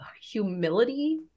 humility